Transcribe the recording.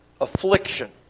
affliction